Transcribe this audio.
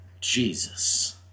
Jesus